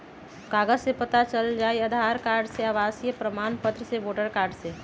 कागज से पता चल जाहई, आधार कार्ड से, आवासीय प्रमाण पत्र से, वोटर कार्ड से?